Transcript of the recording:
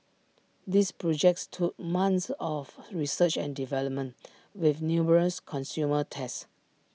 these projects took months of research and development with numerous consumer tests